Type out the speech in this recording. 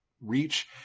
reach